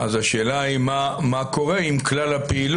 אז השאלה היא מה קורה עם שאר הפעילות?